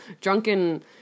drunken